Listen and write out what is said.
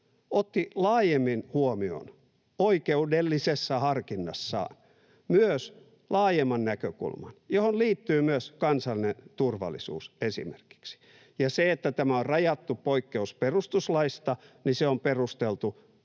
otti huomioon oikeudellisessa harkinnassaan myös laajemman näkökulman, johon liittyy myös esimerkiksi kansallinen turvallisuus. Ja se, että tämä on rajattu poikkeus perustuslaista, on perusteltu